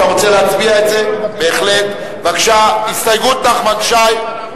אני קובע שההסתייגות לא נתקבלה.